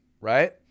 right